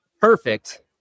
perfect